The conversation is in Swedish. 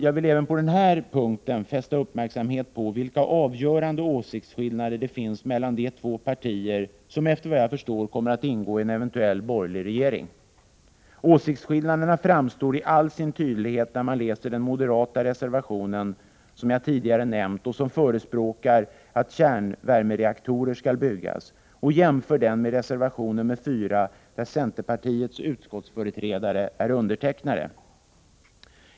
Jag vill även på den här punkten fästa uppmärksamheten på vilka avgörande åsiktsskillnader det finns mellan de två partier som, efter vad jag förstår, kommer att ingå i en eventuell borgerlig regering. Åsiktsskillnaderna framstår i all sin tydlighet när man läser den moderata reservation som jag tidigare nämnt, som förespråkar att kärnvärmereaktorer skall byggas, och jämför den med reservation 4, där centerpartiets utskottsföreträdare är undertecknare.